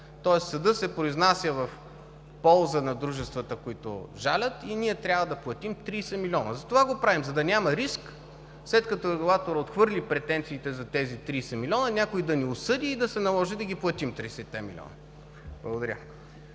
Тоест съдът се произнася в полза на дружествата, които жалят и ние трябва да платим 30 милиона. Затова го правим, за да няма риск, след като регулаторът отхвърли претенциите за тези 30 милиона, някой да ни осъди и да се наложи да ги платим 30-те милиона. Благодаря.